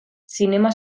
zinema